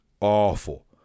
awful